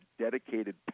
dedicated